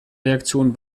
reaktion